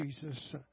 Jesus